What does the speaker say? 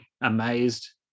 amazed